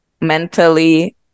mentally